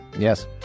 Yes